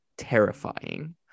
terrifying